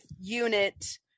unit